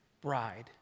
bride